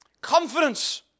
Confidence